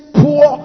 poor